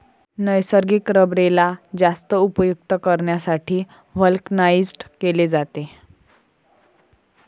नैसर्गिक रबरेला जास्त उपयुक्त करण्यासाठी व्हल्कनाइज्ड केले जाते